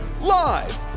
Live